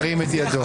ירים את ידו.